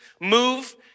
Move